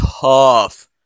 Tough